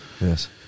Yes